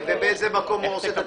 ובאיזה מקום הוא עושה את התיקונים?